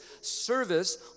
service